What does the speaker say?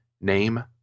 name